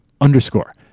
underscore